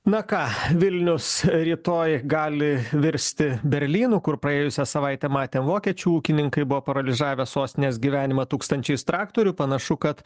na ką vilnius rytoj gali virsti berlynu kur praėjusią savaitę matėm vokiečių ūkininkai buvo paralyžiavę sostinės gyvenimą tūkstančiais traktorių panašu kad